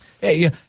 Hey